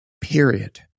Period